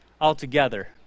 altogether